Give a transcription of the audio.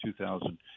2,000